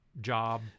job